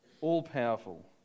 all-powerful